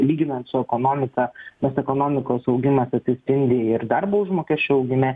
lyginant su ekonomika nes ekonomikos augimas atsispindi ir darbo užmokesčio augime